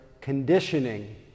conditioning